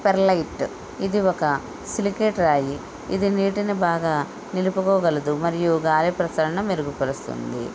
perlite ఇది ఒక silicate రాయి ఇది నీటిని బాగా నిలుపుకోగలదు మరియు గాలి ప్రసరణ మెరుగుపరుస్తుంది